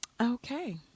okay